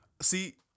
See